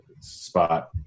spot